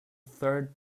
third